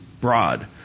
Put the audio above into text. broad